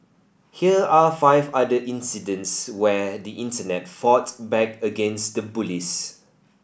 here are five other incidents where the Internet fought back against the bullies